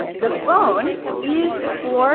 the phone is for